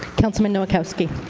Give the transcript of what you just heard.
councilman nowakowski